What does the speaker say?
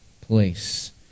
place